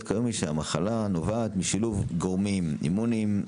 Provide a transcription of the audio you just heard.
כיום היא שהמחלה נובעת משילוב של גורמים אימוניים,